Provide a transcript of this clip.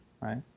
right